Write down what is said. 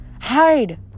Hide